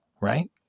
right